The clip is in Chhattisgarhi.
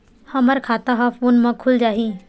हमर खाता ह फोन मा खुल जाही?